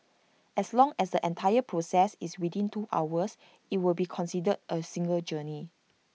as long as the entire process is within two hours IT will be considered A single journey